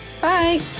Bye